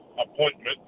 appointment